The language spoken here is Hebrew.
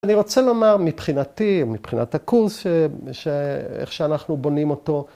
‫אני רוצה לומר, מבחינתי ‫או מבחינת הקורס, ‫איך שאנחנו בונים אותו.